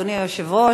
אדוני היושב-ראש,